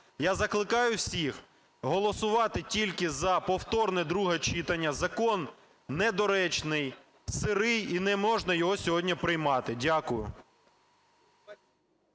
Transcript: Я закликаю всіх голосувати тільки за повторне друге читання. Закон недоречний, "сирий" і не можна його сьогодні приймати. Дякую.